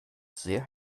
sehr